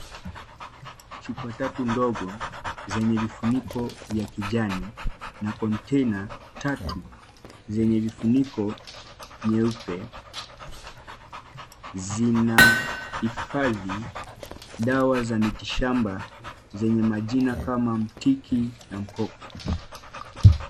Chupa tatu ndogo zenye vifuniko vya kijani, na container (cs)tatu zenye vifuniko nyeupe, zinaifadhi dawa za miti shamba zenye majina kama mtiki na mkoko .